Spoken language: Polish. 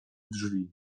drzwi